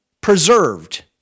preserved